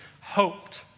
hoped